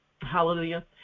Hallelujah